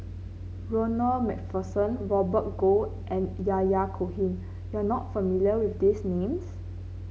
Ronald MacPherson Robert Goh and Yahya Cohen you are not familiar with these names